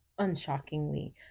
unshockingly